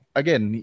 again